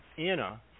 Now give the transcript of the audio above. Anna